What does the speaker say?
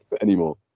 anymore